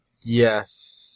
yes